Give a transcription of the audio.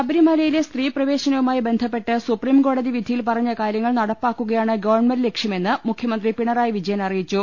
ശബരിമലയിലെ സ്ത്രീപ്രവേശനവുമായി ബന്ധപ്പെട്ട് സുപ്രീംകോടതി വിധിയിൽ പറഞ്ഞ കാര്യങ്ങൾ നടപ്പാ ക്കുകയാണ് ഗവൺമെന്റ് ലക്ഷ്യമെന്ന് മുഖ്യമന്ത്രി പിണ റായി വിജയൻ അറിയിച്ചു